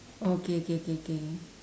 okay K K K K